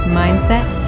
mindset